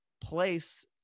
place